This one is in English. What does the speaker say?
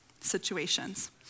situations